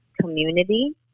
community